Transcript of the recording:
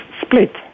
split